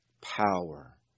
Power